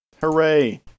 Hooray